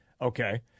Okay